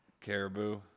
Caribou